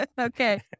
Okay